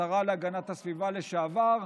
השרה להגנת הסביבה לשעבר.